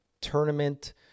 tournament